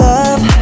Love